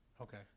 Okay